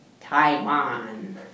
Taiwan